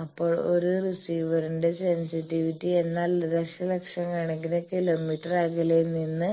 അപ്പോൾ ഒരു റിസീവറിന്റെ സെൻസിറ്റിവിറ്റി എന്നാൽ ദശലക്ഷക്കണക്കിന് കിലോമീറ്റർ അകലെ നിന്ന്